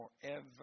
forever